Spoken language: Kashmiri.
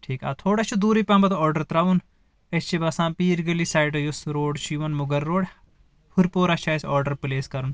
ٹھیٖک آ تھوڑا چھُ دوٗرٕۍ پہمت آرڈر ترٛاوُن أسۍ چھِ بسان پیٖر گٔلی سایڈٕ یُس سُہ روڈ چھُ یِوان مُغل روڈ ہُرپورا چھُ اسہِ آرڈر پلیس کرُن